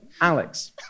Alex